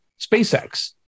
SpaceX